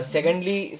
Secondly